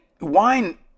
wine